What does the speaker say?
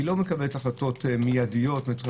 לא מקבלת החלטות מיידיות.